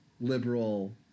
liberal